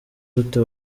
gute